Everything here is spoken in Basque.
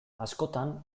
askotan